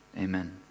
Amen